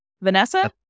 Vanessa